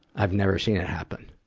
i've never seen it happen.